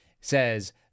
says